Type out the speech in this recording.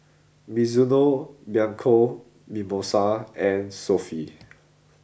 Mizuno Bianco Mimosa and Sofy